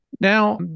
Now